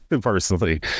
personally